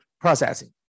processing